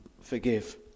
forgive